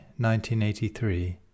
1983